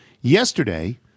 Yesterday